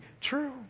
true